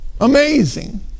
amazing